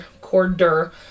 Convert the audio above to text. Corder